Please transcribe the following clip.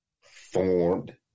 formed